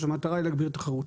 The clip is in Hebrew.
או שהמטרה היא להגביר את התחרות?